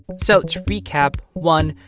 so to recap, one,